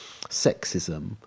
sexism